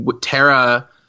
Tara